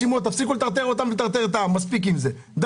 תפסיקו לטרטר אותם ואת העם ולבקש מהם לשלוח לכם רשימות.